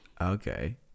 Okay